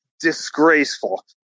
disgraceful